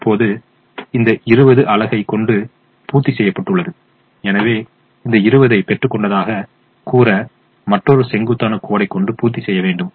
இப்போது இந்த 20 அலகை கொண்டு பூர்த்தி செய்யப்பட்டுள்ளது எனவே இந்த 20 ஐச் பெற்றுக்கொண்டதாகக் கூற மற்றொரு செங்குத்தான கோடை கொண்டு பூர்த்தி செய்ய வேண்டும்